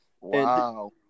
Wow